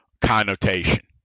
connotation